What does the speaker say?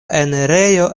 enirejo